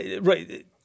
right